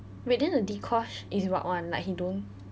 wait then the dee kosh is what [one] like he don't